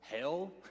hell